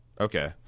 Okay